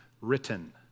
written